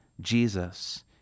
Jesus